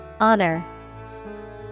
Honor